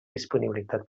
disponibilitat